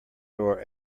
door